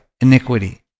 iniquity